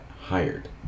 hired